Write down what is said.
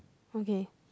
okay